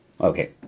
Okay